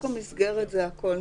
חלק מהתפריט שלנו